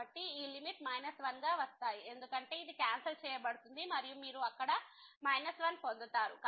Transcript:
కాబట్టి ఈ లిమిట్ 1 గా వస్తాయి ఎందుకంటే ఇది క్యాన్సల్ చేయబడుతుంది మరియు మీరు అక్కడ 1 పొందుతారు